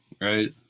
right